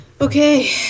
Okay